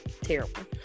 terrible